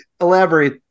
elaborate